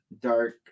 dark